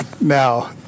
Now